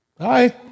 Hi